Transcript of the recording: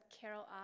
Carol